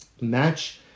match